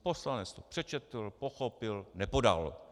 Poslanec to přečetl, pochopil, nepodal.